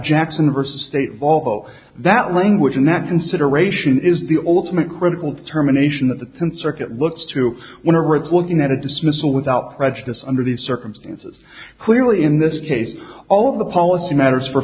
jackson versus state although that language in that consideration is the ultimate critical terminations of the tenth circuit looks to whenever it's looking at a dismissal without prejudice under the circumstances clearly in this case all of the policy matters for